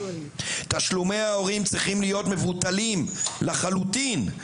תשלומי ההורים צריכים להיות מבוטלים לחלוטין."